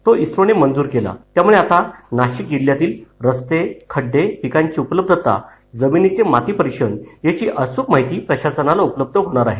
तो इस्रोने मंजूर केला त्यामुळे आता जिल्ह्यातील रस्ते खड्डे पिकांची उपलब्धता जमिनीचं मातीचे परीक्षण याची अचूक माहिती प्रशासनाला उपलब्ध होणार आहे